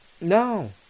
No